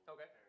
Okay